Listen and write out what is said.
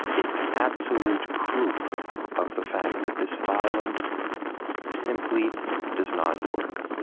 it's absolute proof of the fact that this violence simply does not work.